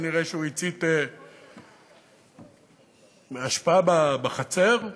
כנראה הצית אשפה בחצר.